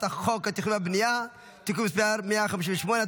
חוק התכנון והבנייה (תיקון מס' 158),